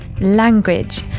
language